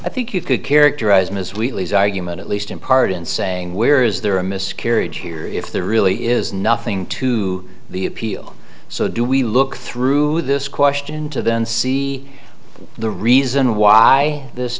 i think you could characterize ms wheatley's argument at least in part in saying where is there a miscarriage here if there really is nothing to the appeal so do we look through this question to then see the reason why this